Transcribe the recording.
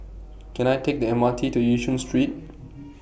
Can I Take The M R T to Yishun Street